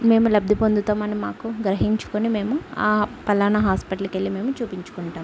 మేము లబ్ధి పొందుతాం అండ్ మాకు గ్రహించుకొని మేము ఆ పలానా హాస్పిటల్కి వెళ్ళి మేము చూపించుకుంటాం